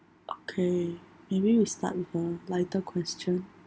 okay maybe we start with a lighter question